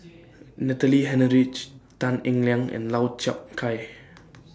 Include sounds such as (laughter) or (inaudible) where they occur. (noise) Natalie Hennedige Tan Eng Liang and Lau Chiap Khai